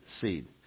seed